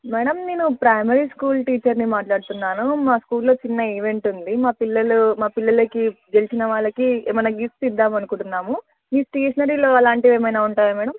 madam నేను primary school టీచర్ని మాట్లాడుతున్నాను మా స్కూల్లో చిన్న ఈవెంట్ ఉంది మా పిల్లలు మా పిల్లలుకి గెలిచిన వాళ్ళకి ఏమన్న గిఫ్ట్స్ ఇద్దాం అనుకుంటున్నాము మీ స్టెషనరీలో అలాంటివి ఏమన్న ఉంటాయ మ్యాడమ్